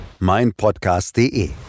meinpodcast.de